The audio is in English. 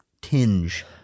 tinge